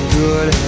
good